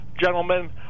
Gentlemen